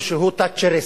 שהוא תאצ'ריסט.